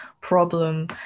problem